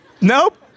Nope